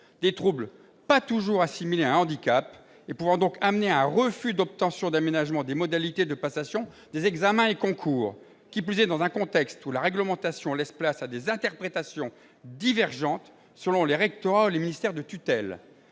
Ces troubles ne sont pas toujours assimilés à un handicap, ce qui peut conduire à un refus d'obtention d'aménagement des modalités de passation des examens et concours, qui plus est dans un contexte où la réglementation laisse place à des interprétations divergentes selon les rectorats ou les ministères de tutelle